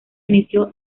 inició